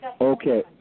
Okay